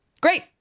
Great